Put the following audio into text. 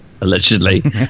Allegedly